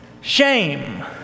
shame